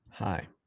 Hi